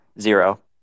zero